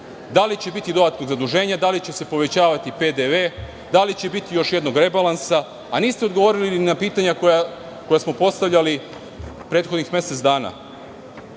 da li će biti dodatnih zaduženja, da li će se povećavati PDV, da li će biti još jednog rebalansa? Niste odgovorili ni na pitanja koja smo postavljali prethodnih mesec dana.